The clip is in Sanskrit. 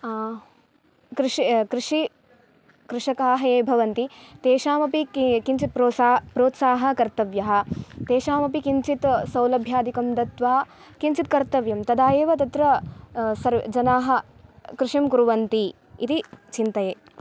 कृषि कृषि कृषकाः ये भवन्ति तेषामपि किञ्चित् प्रोत्सा प्रोत्साहः कर्तव्यः तेषामपि किञ्चित् सौलभ्यादिकं दत्वा किञ्चित् कर्तव्यं तदा एव तत्र सर्वे जनाः कृषिं कुर्वन्ति इति चिन्तये